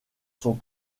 sont